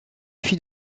fit